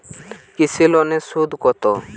কৃষি লোনের সুদ কত?